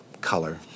color